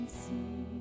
see